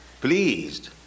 pleased